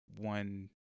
one